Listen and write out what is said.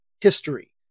history